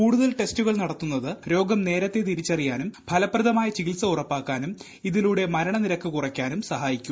കൂടുതൽ ടെസ്റ്റുകൾ നടത്തുന്നത് രോഗം നേരത്തെ തിരിച്ചറിയാനും ഫലപ്രദമായ ചികിത്സ ഉറപ്പാക്കാനും ഇതിലൂടെ മരണ നിരക്ക് കുറക്കാനും സഹായിക്കും